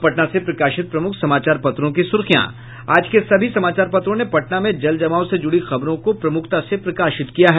अब पटना से प्रकाशित प्रमुख समाचार पत्रों की सुर्खियां आज के सभी समाचार पत्रों ने पटना में जल जमाव से जुड़ी खबरों को प्रमुखता से प्रकाशित किया है